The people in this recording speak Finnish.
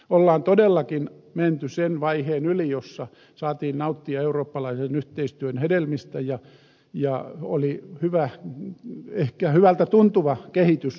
on todellakin menty sen vaiheen yli jossa saatiin nauttia eurooppalaisen yhteistyön hedelmistä ja oli hyvä ehkä hyvältä tuntuva kehitys